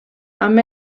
amb